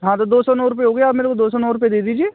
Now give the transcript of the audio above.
हाँ तो दो सौ नौ रुपए हो गए आप मेरे को दो सौ नौ रुपये दे दीजिए